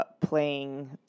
playing